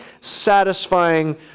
satisfying